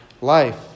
life